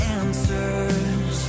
answers